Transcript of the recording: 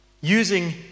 Using